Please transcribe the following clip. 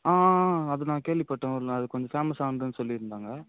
ஆ ஆ ஆ அது நான் கேள்விப்பட்டோம் ஒரு நாள் கொஞ்சம் ஃபேமஸானதுன்னு சொல்லிருந்தாங்க